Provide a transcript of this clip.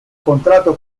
contrato